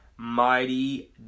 Mighty